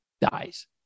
Dies